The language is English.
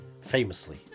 Famously